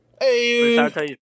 Hey